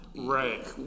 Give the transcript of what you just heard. Right